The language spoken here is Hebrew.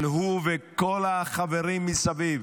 אבל הוא וכל החברים מסביב